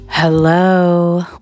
Hello